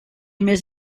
més